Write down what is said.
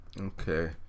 okay